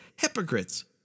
Hypocrites